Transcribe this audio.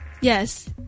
Yes